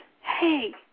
hey